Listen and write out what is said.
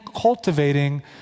cultivating